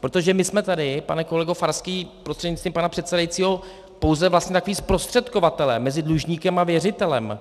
protože my jsme tady, pane kolego Farský prostřednictvím pana předsedajícího, pouze vlastně takoví zprostředkovatelé mezi dlužníkem a věřitelem.